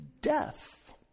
death